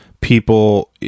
people